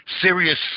serious